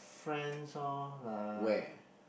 friends lor lah